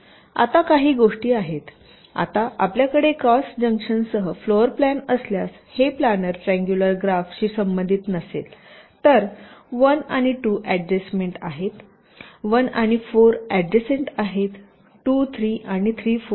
आता काही गोष्टी आहेत आता आपल्याकडे क्रॉस जंक्शनसह फ्लोर प्लॅन असल्यास हे प्लानर ट्रिअंगुलर ग्राफ शी संबंधित नसेल तर 1 आणि 2 ऍडजेसन्ट आहेत 1 आणि 4 ऍडजेसन्ट आहेत 2 3 आणि 3 4